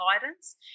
guidance